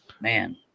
man